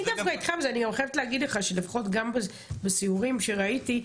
לפחות בסיורים שראיתי,